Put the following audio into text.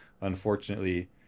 unfortunately